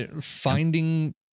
finding